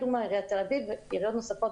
עיריית תל-אביב ועיריות נוספות,